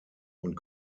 und